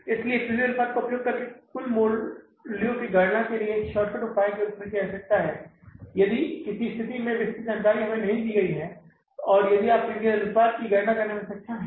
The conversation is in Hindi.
इसलिए P V अनुपात का उपयोग कुछ मूल्यों की गणना के लिए एक शॉर्टकट उपाय के रूप में किया जा सकता है यदि किसी स्थिति में विस्तृत जानकारी हमें नहीं दी जाती है तो यदि आप P V अनुपात की गणना करने में सक्षम हैं